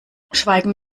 schweigen